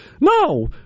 No